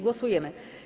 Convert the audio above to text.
Głosujemy.